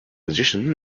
musician